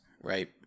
right